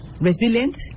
resilient